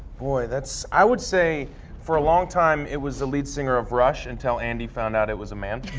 boy that's, i would say for a long time it was the lead singer of rush until andy found out it was a man.